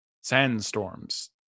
sandstorms